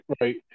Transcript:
Right